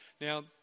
Now